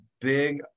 big